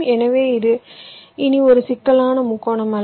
எனவே இது இனி ஒரு சிக்கலான முக்கோணம் அல்ல